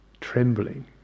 trembling